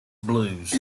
blues